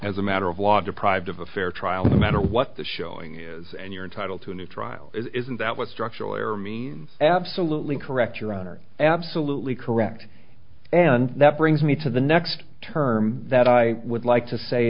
as a matter of law deprived of a fair trial the matter what the showing is and you're entitled to a new trial isn't that what structural error means absolutely correct your honor absolutely correct and that brings me to the next term that i would like to say